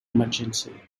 emergency